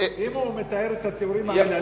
אם הוא מתאר את התיאורים האלה,